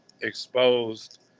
exposed